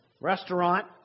restaurant